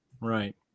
Right